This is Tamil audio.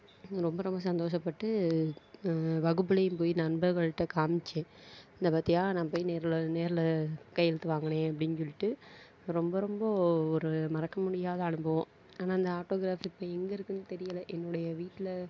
ரொம்ப ரொம்ப சந்தோஷப்பட்டு வகுப்புலேயும் போய் நண்பர்கள்கிட்ட காமித்தேன் இந்த பார்த்தியா நான் போய் நேரில் நேரில் கையெழுத்து வாங்கினேன் அப்படினு சொல்லிவிட்டு ரொம்ப ரொம்ப ஒரு மறக்க முடியாத அனுபவம் ஆனால் இந்த ஆட்டோகிராப் இப்போ எங்கே இருக்குனு தெரியலை என்னுடைய வீட்டில்